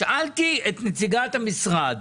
שאלתי את נציגת המשרד.